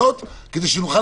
זאת אומרת,